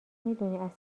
میدونی